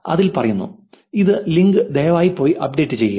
അതിൽ പറയുന്നു ഇതാ ലിങ്ക് ദയവായി പോയി അപ്ഡേറ്റ് ചെയ്യുക